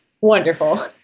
Wonderful